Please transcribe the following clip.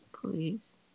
Please